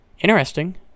Interesting